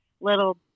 little